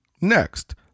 Next